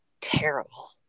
terrible